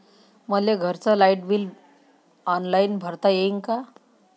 मले घरचं light bill online भरता येईन का?